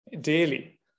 daily